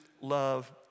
love